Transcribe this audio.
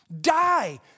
Die